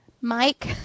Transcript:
Mike